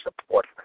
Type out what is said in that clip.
support